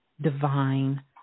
divine